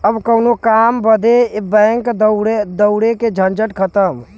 अब कउनो काम बदे बैंक दौड़े के झंझटे खतम